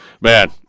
man